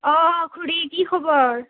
অঁ খুৰী কি খবৰ